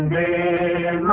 a